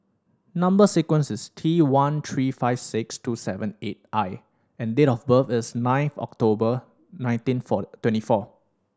number sequence is T one three five six two seven eight I and date of birth is ninth October nineteen four twenty four